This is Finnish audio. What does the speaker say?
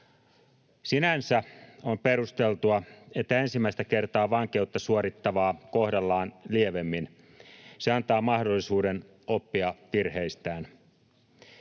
Sinänsä on perusteltua, että ensimmäistä kertaa vankeutta suorittavaa kohdallaan lievemmin. Se antaa mahdollisuuden oppia virheistään.